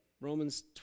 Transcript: Romans